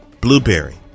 Blueberry